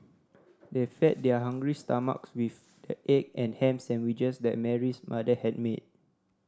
they fed their hungry stomachs with the egg and ham sandwiches that Mary's mother had made